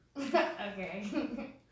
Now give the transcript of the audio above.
Okay